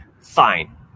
fine